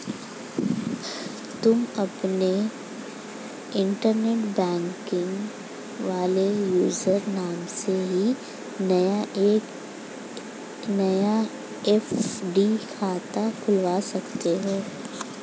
तुम अपने internet banking वाले यूज़र नेम से ही नया एफ.डी खाता खुलवा सकते हो